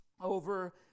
over